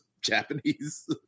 Japanese